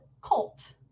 COLT